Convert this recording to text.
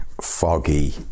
foggy